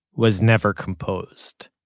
was never composed.